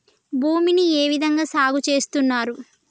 భూమిని ఏ విధంగా సాగు చేస్తున్నారు?